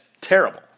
terrible